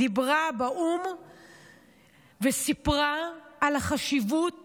היא דיברה באו"ם וסיפרה על החשיבות